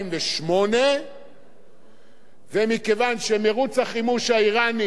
ומכיוון שמירוץ החימוש האירני לגרעין ממשיך